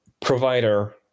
provider